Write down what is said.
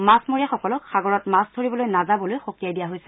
মাছমৰীয়াসকলক সাগৰত মাছ ধৰিবলৈ নাযাবলৈ সকীয়াই দিয়া হৈছে